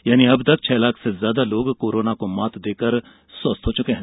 यानी अब तक छह लाख से अधिक लोग कोरोना को मात देकर स्वस्थ हो चुके हैं